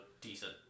decent